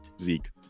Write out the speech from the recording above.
Zeke